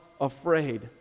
afraid